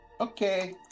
Okay